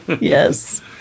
Yes